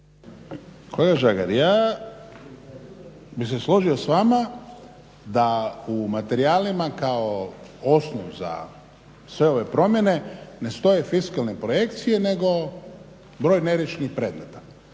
Kolega Žagar, ja bi se složio s vama da u materijalima kao osnov za sve ove promjene ne stoje fiskalne projekcije nego broj neriješenih predmeta.